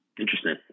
Interesting